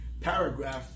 paragraph